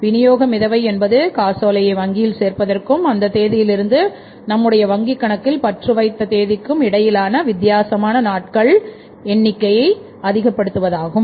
விநியோக மிதவை என்பதுகாசோலையை வங்கியில் சேர்ப்பதற்கும் அந்த தேதியிலிருந்து நம்முடைய வங்கிக் கணக்கில்பற்று வைத்த தேதிக்கும் இடையிலான வித்தியாசமான நாட்களின் எண்ணிக்கையை அதிகப்படுத்துவதாகும்